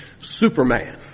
superman